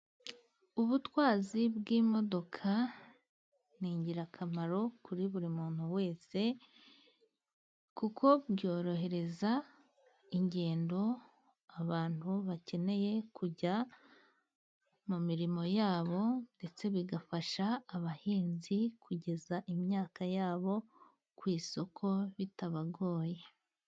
Ubutwazi bw'imodoka ni ingirakamaro kuri buri muntu wese kuko byorohereza ingendo abantu bakeneye kujya mu mirimo yabo ndetse bigafasha abahinzi kugeza imyaka yabo ku isoko bitabagoye.